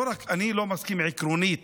אני לא מסכים עקרונית